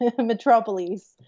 metropolis